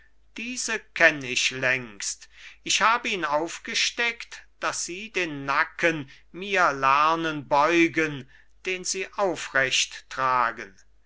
diese kenn ich längst ich hab ihn aufgesteckt dass sie den nacken mir lernen beugen den sie aufrecht tragen